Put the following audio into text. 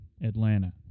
Atlanta